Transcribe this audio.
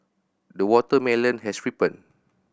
the watermelon has ripened